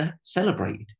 celebrated